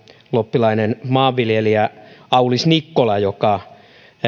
loppilainen maanviljelijä aulis nikkola joka